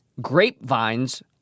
grapevines